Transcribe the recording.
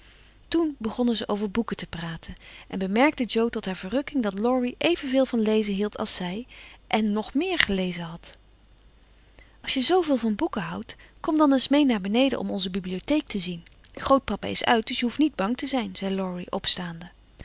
toen begonnen ze over boeken te praten en bemerkte jo tot haar verrukking dat laurie evenveel van lezen hield als zij en nog meer gelezen had als je zooveel van boeken houdt kom dan eens mee naar beneden om onze bibliotheek te zien grootpapa is uit dus je hoeft niet bang te zijn zei